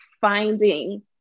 finding